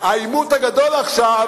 העימות הגדול עכשיו,